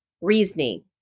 Reasoning